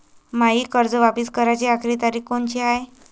मायी कर्ज वापिस कराची आखरी तारीख कोनची हाय?